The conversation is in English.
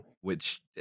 which-